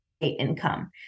income